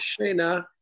Shayna